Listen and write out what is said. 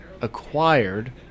acquired